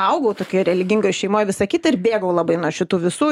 augau tokioj religingoj šeimoj visą kitą ir bėgau labai nuo šitų visų